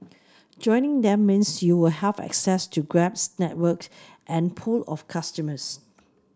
joining them means you'll have access to Grab's network and pool of customers